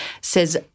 says